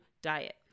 diet